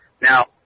Now